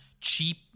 cheap